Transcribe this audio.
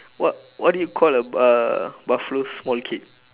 what what do you call a a buffalo's small kid